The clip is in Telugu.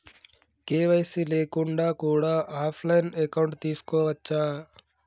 కే.వై.సీ లేకుండా కూడా ఆఫ్ లైన్ అకౌంట్ తీసుకోవచ్చా?